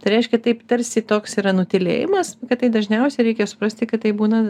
tai reiškia taip tarsi toks yra nutylėjimas kad tai dažniausiai reikia suprasti kad tai būna